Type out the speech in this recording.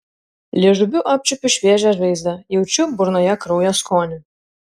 liežuviu apčiuopiu šviežią žaizdą jaučiu burnoje kraujo skonį